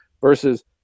versus